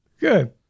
Good